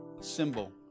symbol